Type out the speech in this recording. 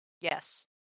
Yes